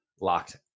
Locked